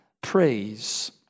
praise